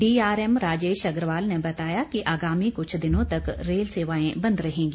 DRM Rajesh Agarwal ने बताया कि आगामी कुछ दिनों तक रेल सेवाएं बंद रहेंगी